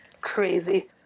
Crazy